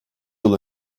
yıl